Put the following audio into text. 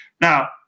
Now